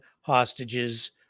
hostages